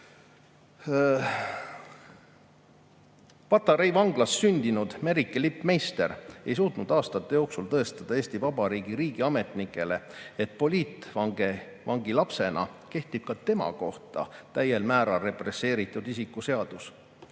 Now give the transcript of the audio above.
Patarei vanglas sündinud Merike Lipp-Meister ei suutnud aastate jooksul tõestada Eesti Vabariigi riigiametnikele, et poliitvangi lapsena kehtib ka tema kohta täiel määral represseeritud isiku seadus.